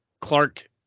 Clark